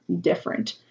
different